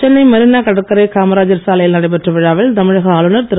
சென்னை மெரீனா கடற்கரை காமராஜர் சாலையில் நடைபெற்ற விழாவில் தமிழக ஆளுநர் திரு